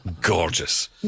gorgeous